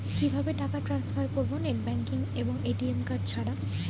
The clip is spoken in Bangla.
কিভাবে টাকা টান্সফার করব নেট ব্যাংকিং এবং এ.টি.এম কার্ড ছাড়া?